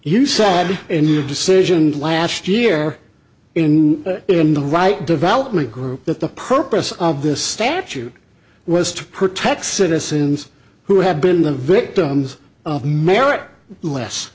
you savvy in your decision last year in in the right development group that the purpose of the statute was to protect citizens who have been the victims of merit less